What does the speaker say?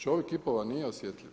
Čovjek i pola nije osjetljiv.